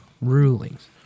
rulings